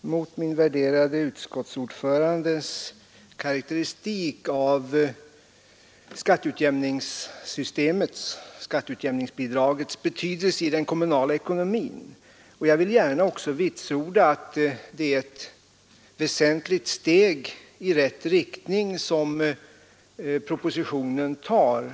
mot min värderade utskottsordförandes karakteristik av skatteutjämningsbidragets betydelse i den kommunala ekonomin, och jag vill gärna också vitsorda att det är ett väsentligt steg i rätt riktning som propositionen tar.